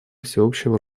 всеобщего